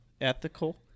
ethical